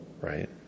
Right